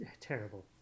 terrible